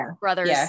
brothers